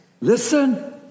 Listen